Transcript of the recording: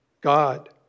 God